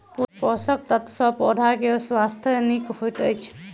पोषक तत्व सॅ पौधा के स्वास्थ्य नीक होइत अछि